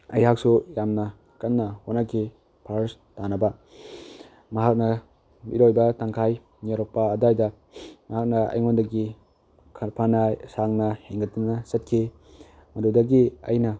ꯑꯩꯍꯥꯛꯁꯨ ꯌꯥꯝꯅ ꯀꯟꯅ ꯍꯣꯠꯅꯈꯤ ꯐꯥꯔ꯭ꯁ ꯇꯥꯅꯕ ꯃꯍꯥꯛꯅ ꯏꯔꯣꯏꯕ ꯇꯪꯈꯥꯏ ꯌꯧꯔꯛꯄ ꯑꯗ꯭ꯋꯥꯏꯗ ꯃꯍꯥꯛꯅ ꯑꯩꯉꯣꯟꯗꯒꯤ ꯐꯅ ꯁꯥꯡꯅ ꯍꯦꯟꯒꯠꯇꯨꯅ ꯆꯠꯈꯤ ꯃꯗꯨꯗꯒꯤ ꯑꯩꯅ